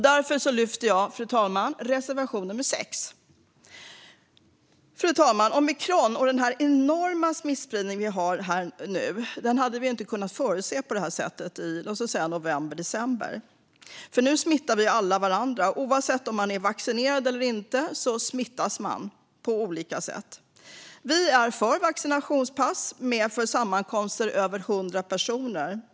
Därför, fru talman, yrkar jag bifall till reservation nummer 5. Fru talman! Omikron och den enorma smittspridning vi har nu hade vi inte kunnat förutse i, låt säga, november eller december. Nu smittar vi alla varandra. Oavsett om man är vaccinerad eller inte smittas man på olika sätt. Vi är för vaccinationspass för sammankomster med över 100 personer.